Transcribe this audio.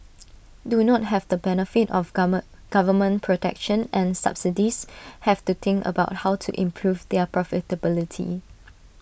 do not have the benefit of gamer government protection and subsidies have to think about how to improve their profitability